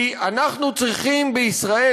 כי אנחנו צריכים בישראל,